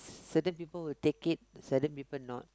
certain people would take it certain people not